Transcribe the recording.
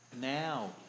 Now